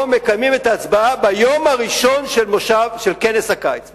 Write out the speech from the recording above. מקיימים את ההצבעה ביום הראשון של כנס הקיץ?